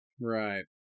Right